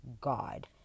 God